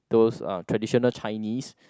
those uh traditional Chinese